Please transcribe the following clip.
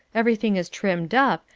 everything is trimmed up,